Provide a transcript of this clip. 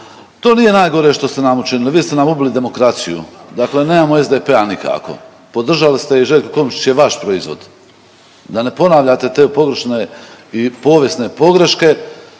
To nije najgore što ste nam učinili, vi ste nam ubili demokraciju. Dakle nemamo SDP-a nikako. Podržali ste i Željko Komšić je vaš proizvod. Da ne ponavljate te pogrešne i povijesne pogreške,